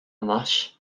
anois